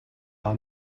are